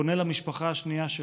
פונה אל המשפחה השנייה שלו,